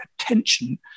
attention